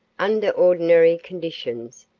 under ordinary conditions,